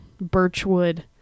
birchwood